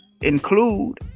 include